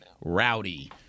rowdy